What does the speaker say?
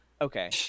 Okay